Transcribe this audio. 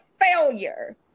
failure